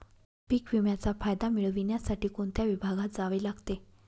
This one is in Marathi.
पीक विम्याचा फायदा मिळविण्यासाठी कोणत्या विभागात जावे लागते?